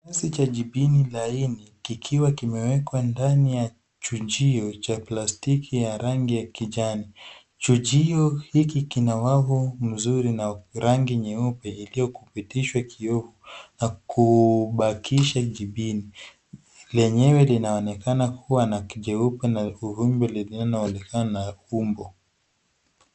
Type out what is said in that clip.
Sijajipini laini kikiwa kimeekwa ndani ya chujio ya plastiki ya rangi ya kijani. Chujio hiki kina wavu mzuri na rangi nyeupe iliokupitishwa kiovu na kubakisha jibini. Lenyewe linaonekana kuwa la kijeupe na uvumbi linaloonekana umbo.